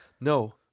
No